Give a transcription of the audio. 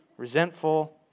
resentful